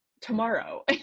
tomorrow